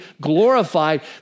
glorified